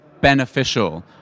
beneficial